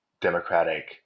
democratic